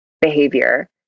behavior